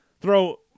throw